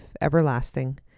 everlasting